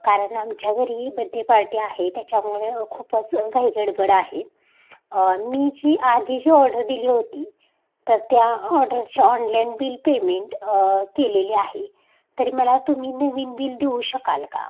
कारण आमच्या घरी बड्डे पार्टी आहे त्याच्यामुळे खूपच घाईगडबड आहे मी जी आधी जी ऑर्डर दिली होती तर त्या ऑर्डरची ऑनलाईन बिल पेमेंट केलेली आहे तरी मला तुम्ही नवीन बिल देऊ शकाल का